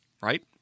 right